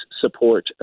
support